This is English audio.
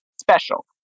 special